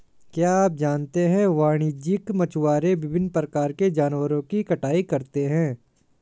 क्या आप जानते है वाणिज्यिक मछुआरे विभिन्न प्रकार के जानवरों की कटाई करते हैं?